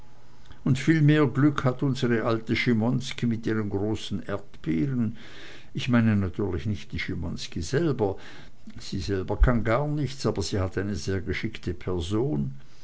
ist viel mehr glück hat unsre alte schimonski mit ihren großen erdbeeren ich meine natürlich nicht die schimonski selber sie selber kann gar nichts aber sie hat eine sehr geschickte person